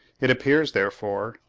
it appears, therefore,